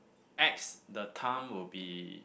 X the time will be